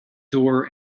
door